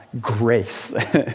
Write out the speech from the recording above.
grace